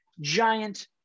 giant